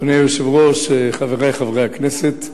אדוני היושב-ראש, חברי חברי הכנסת,